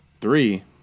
Three